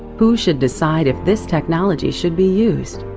who should decide if this technology should be used?